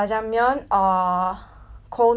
cold noodle one soup